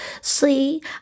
See